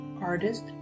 artist